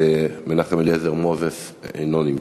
מנחם אליעזר מוזס אינו נמצא.